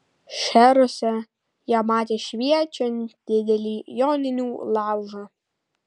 šcheruose jie matė šviečiant didelį joninių laužą